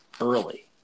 early